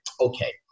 Okay